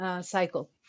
cycle